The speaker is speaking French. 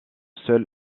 seuls